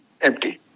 empty